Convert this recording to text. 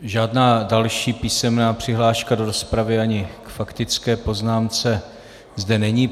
Žádná další písemná přihláška do rozpravy ani k faktické poznámce zde není.